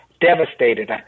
devastated